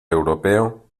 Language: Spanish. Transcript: europeo